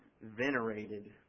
venerated